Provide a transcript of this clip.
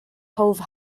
hove